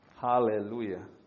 Hallelujah